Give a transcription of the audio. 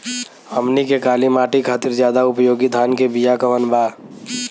हमनी के काली माटी खातिर ज्यादा उपयोगी धान के बिया कवन बा?